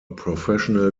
professional